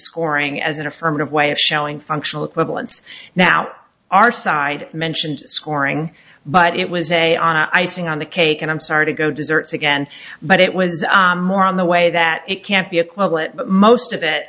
scoring as an affirmative way of showing functional equivalence now our side mentioned scoring but it was a icing on the cake and i'm sorry to go desserts again but it was more on the way that it can't be equivalent but most of it